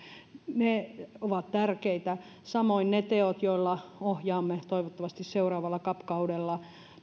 ovat tärkeitä samoin ne teot joilla ohjaamme toivottavasti seuraavalla cap kaudella